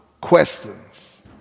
questions